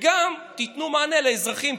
וגם תיתנו מענה לאזרחים,